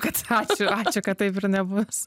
kad ačiū ačiū kad taip ir nebus